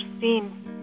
seen